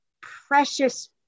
precious